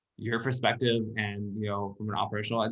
your perspective and, you know, from an operational, and